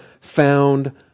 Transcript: found